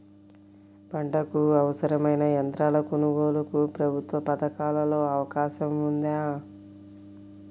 పంటకు అవసరమైన యంత్రాల కొనగోలుకు ప్రభుత్వ పథకాలలో అవకాశం ఉందా?